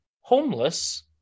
homeless